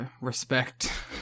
Respect